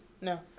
No